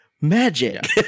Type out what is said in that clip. Magic